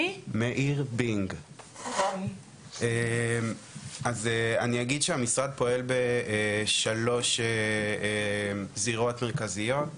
אני אגיד שהמשרד פועל בשלוש זירות מרכזיות,